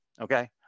Okay